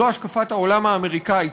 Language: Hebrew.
זו השקפת העולם האמריקנית,